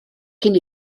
cyn